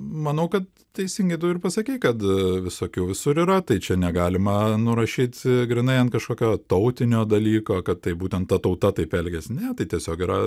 manau kad teisingai tu ir pasakei kad visokių visur yra tai čia negalima nurašyt grynai ant kažkokio tautinio dalyko kad tai būtent ta tauta taip elgiasi ne tai tiesiog yra